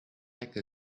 like